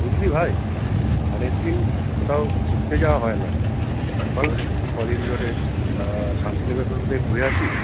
বুঝলি ভাই অনেক দিন কোথাও ঘুরতে যাওয়া হয় না চল না একটু ক দিন ধরে শান্তিনিকেতন থেকে ঘুরে আসি